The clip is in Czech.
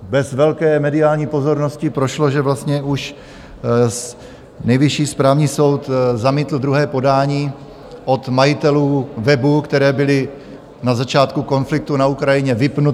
Bez velké mediální pozornosti prošlo, že vlastně už Nejvyšší správní soud zamítl druhé podání od majitelů webů, které byly na začátku konfliktu na Ukrajině vypnuty.